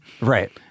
Right